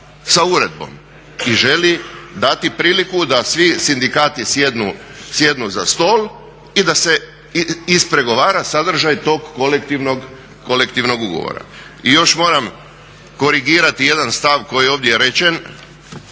I još moram korigirati jedan stav koji je ovdje rečen